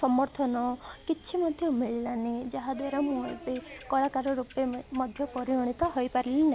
ସମର୍ଥନ କିଛି ମଧ୍ୟ ମିଳିଲାନି ଯାହାଦ୍ୱାରା ମୁଁ ଏ କଳାକାର ରୂପେ ମଧ୍ୟ ପରିଗଣିତ ହୋଇପାରିଲି